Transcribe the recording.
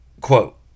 Quote